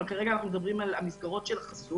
אבל כרגע אנחנו מדברים על המסגרות של החסות